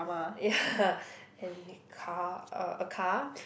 ya and need car uh a car